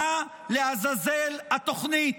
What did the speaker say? מה לעזאזל התוכנית?